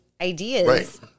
ideas